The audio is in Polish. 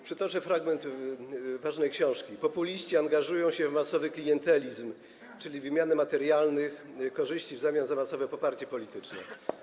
Przytoczę fragment ważnej książki: Populiści angażują się w masowy klientelizm, czyli wymianę materialnych korzyści w zamian za masowe poparcie polityczne.